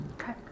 Okay